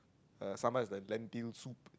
uh sambal is like Lentil soup